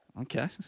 Okay